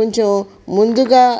కొంచెం ముందుగా